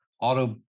auto